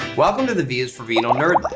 welcome to the v is for vino nerd lab.